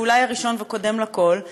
והוא אולי הראשון וקודם לכול,